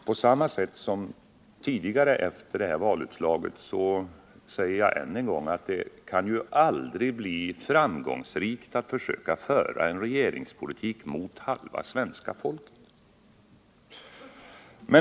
På samma sätt som tidigare efter det här valutslaget säger jag därför nu än en gång att det ju aldrig kan bli framgångsrikt att försöka föra en regeringspolitik mot halva svenska folket.